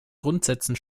grundsätzen